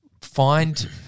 find